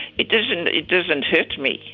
it doesn't it doesn't hurt me,